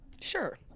Sure